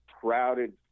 crowded